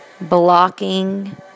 blocking